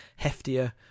heftier